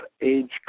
Age